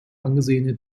angesehene